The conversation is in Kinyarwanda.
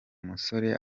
musore